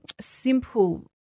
simple